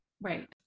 Right